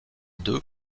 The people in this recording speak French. deux